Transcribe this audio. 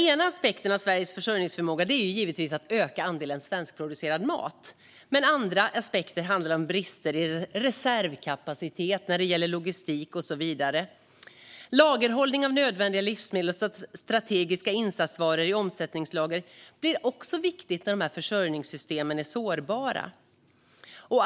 En aspekt av Sveriges försörjningsförmåga är givetvis att öka andelen svenskproducerad mat. Andra aspekter handlar om brister i reservkapacitet och logistik. Lagerhållning av nödvändiga livsmedel och strategiska insatsvaror i omsättningslager blir också viktigt när försörjningssystemen är sårbara.